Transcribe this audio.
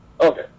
Okay